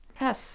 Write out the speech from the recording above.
Yes